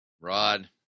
Rod